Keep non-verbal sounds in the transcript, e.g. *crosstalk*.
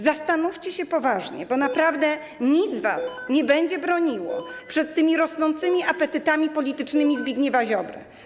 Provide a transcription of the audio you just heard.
Zastanówcie się poważnie, bo naprawdę *noise* nic was nie będzie broniło przed tymi rosnącymi apetytami politycznymi Zbigniewa Ziobry.